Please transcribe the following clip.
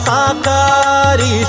Sakari